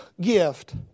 gift